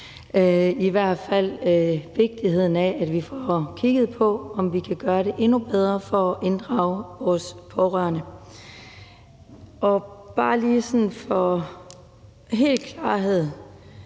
hensyn til vigtigheden af, at vi får kigget på, om vi kan gøre det endnu bedre for at inddrage vores pårørende. Og bare sådan for lige for klarhedens